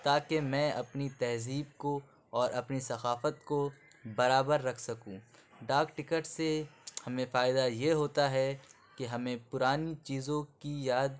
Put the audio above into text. تا کہ میں اپنی تہذیب کو اور اپنی ثقافت کو برابر رکھ سکوں ڈاک ٹکٹ سے ہمیں فائدہ یہ ہوتا ہے کہ ہمیں پُرانی چیزوں کی یاد